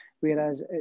Whereas